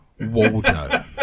Waldo